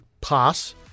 Pass